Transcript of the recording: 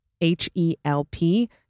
H-E-L-P